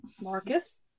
Marcus